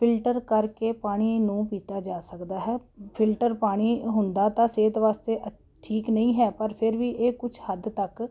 filter ਕਰਕੇ ਪਾਣੀ ਨੂੰ ਪੀਤਾ ਜਾ ਸਕਦਾ ਹੈ ਫਿਲਟਰ ਪਾਣੀ ਹੁੰਦਾ ਤਾਂ ਸਿਹਤ ਵਾਸਤੇ ਅੱ ਠੀਕ ਨਹੀਂ ਹੈ ਪਰ ਫਿਰ ਵੀ ਇਹ ਕੁਛ ਹੱਦ ਤੱਕ